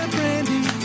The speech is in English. Brandy